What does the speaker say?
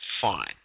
Fine